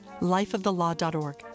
lifeofthelaw.org